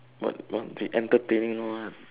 what what be entertaining no right